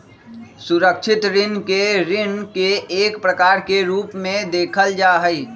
सुरक्षित ऋण के ऋण के एक प्रकार के रूप में देखल जा हई